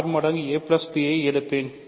r மடங்கு ab எடுப்போம்